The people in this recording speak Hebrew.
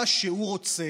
מה שהוא רוצה,